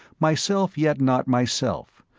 myself yet not myself,